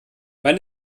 wann